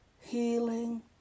healing